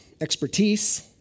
expertise